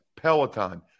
Peloton